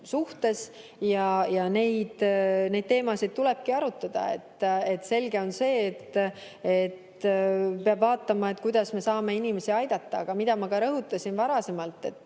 kohta, ja neid teemasid tulebki arutada. Selge on see, et peab vaatama, kuidas me saame inimesi aidata. Aga mida ma ka rõhutasin varasemalt, me